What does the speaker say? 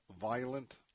violent